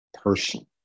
person